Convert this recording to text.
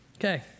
Okay